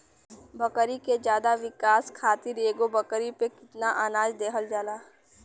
बकरी के ज्यादा विकास खातिर एगो बकरी पे कितना अनाज देहल जाला?